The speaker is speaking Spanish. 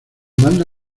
mando